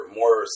more